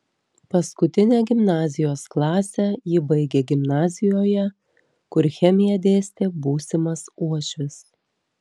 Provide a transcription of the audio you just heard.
paskutinę gimnazijos klasę ji baigė gimnazijoje kur chemiją dėstė būsimas uošvis